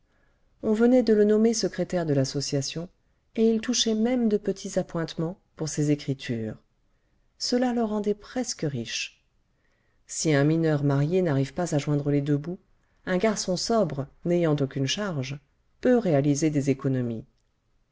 on venait de le nommer secrétaire de l'association et il touchait même de petits appointements pour ses écritures cela le rendait presque riche si un mineur marié n'arrive pas à joindre les deux bouts un garçon sobre n'ayant aucune charge peut réaliser des économies